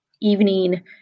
evening